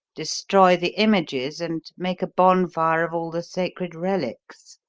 destroy the images, and make a bonfire of all the sacred relics,